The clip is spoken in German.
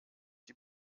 die